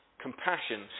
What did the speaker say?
compassion